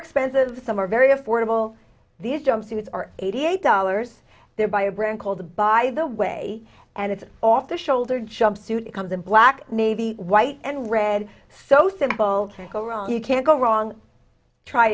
expensive some are very affordable these jumpsuits are eighty eight dollars they're buy a brand called the by the way and it's off the shoulder jumpsuit it comes in black maybe white and red so simple to go wrong you can't go wrong try